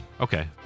Okay